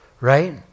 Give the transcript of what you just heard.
right